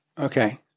Okay